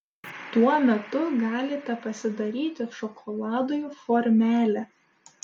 tuo metu galite pasidaryti šokoladui formelę